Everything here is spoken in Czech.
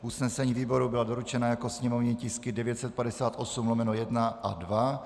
Usnesení výboru byla doručena jako sněmovní tisky 958/1 a 2.